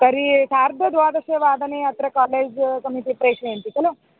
तर्हि सार्धद्वादशवादने अत्र कालेज् समीपे प्रेषयन्ति खलु